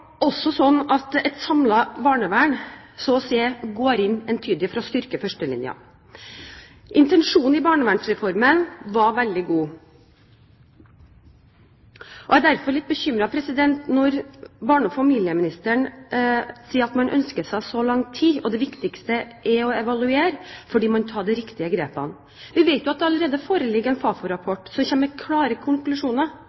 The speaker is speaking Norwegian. også slik at et samlet barnevern så å si entydig går inn for å styrke førstelinjetjenesten. Intensjonene i Barnevernsreformen var veldig gode. Jeg blir derfor litt bekymret når barne- og familieministeren sier at man ønsker seg så god tid, og at det viktigste er å evaluere, fordi man må ta de riktige grepene. Vi vet jo at det allerede foreligger en